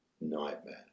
nightmare